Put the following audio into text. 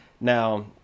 Now